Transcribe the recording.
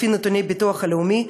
לפי נתוני הביטוח הלאומי,